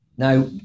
Now